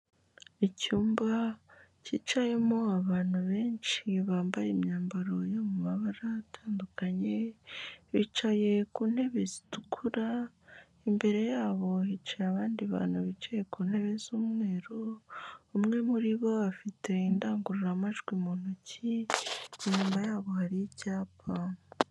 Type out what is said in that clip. Icyumba cyicayemo abantu benshi bambaye imyambaro yo mu mabara atandukanye, bicaye ku ntebe zitukura, imbere yabo hicaye abandi bantu bicaye ku ntebe z'umweru, umwe muri bo afite indangururamajwi mu ntoki, inyuma yabo hari icyapa.